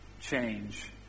change